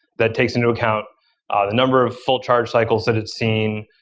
that takes into account the number of full charge cycles that it's seen,